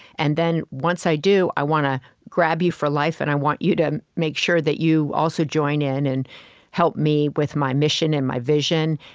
and then, once i do, i want to grab you for life, and i want you to make sure that you also join in and help me with my mission and my vision,